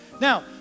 Now